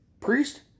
priest